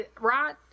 right